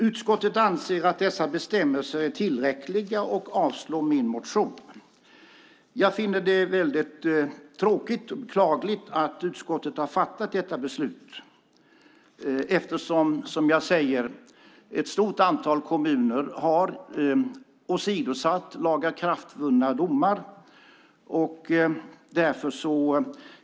Utskottet anser att dessa bestämmelser är tillräckliga och avstyrker min motion. Jag finner det väldigt tråkigt och beklagligt att utskottet har fattat detta beslut eftersom, som jag säger, ett stort antal kommuner har åsidosatt lagakraftvunna domar.